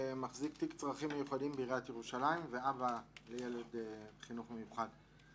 מחזיק תיק צרכים מיוחדים בעיריית ירושלים ואבא לילד חינוך מיוחד.